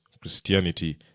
christianity